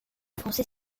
français